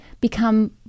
become